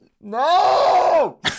No